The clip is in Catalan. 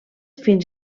fins